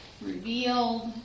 revealed